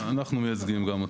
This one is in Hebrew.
אנחנו מייצגים גם אותו.